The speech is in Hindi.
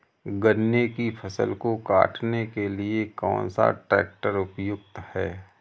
गन्ने की फसल को काटने के लिए कौन सा ट्रैक्टर उपयुक्त है?